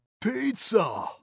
Pizza